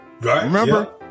Remember